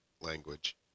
language